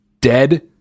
dead